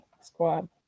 squad